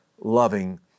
loving